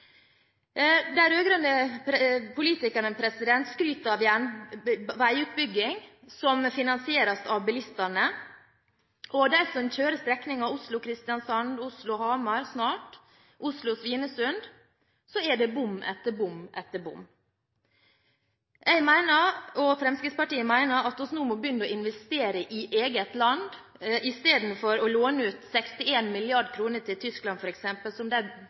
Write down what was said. politikerne skryter av en veiutbygging som finansieres av bilistene. For dem som kjører strekningen Oslo–Kristiansand, snart Oslo–Hamar eller Oslo–Svinesund, er det bom etter bom etter bom. Jeg og Fremskrittspartiet mener at vi nå må begynne å investere i eget land istedenfor f.eks. å låne ut 61 mrd. kr til Tyskland